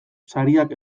sariak